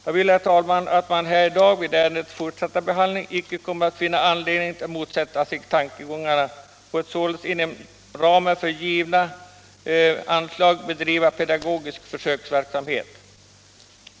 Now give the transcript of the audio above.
Jag hoppas att man här i dag vid ärendets fortsatta behandling icke kommer att finna anledning motsätta sig tankarna på en inom ramen för givna anslag bedriven pedagogisk försöksverksamhet.